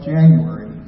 January